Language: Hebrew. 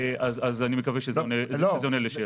אני מקווה שזה עונה לשאלתך.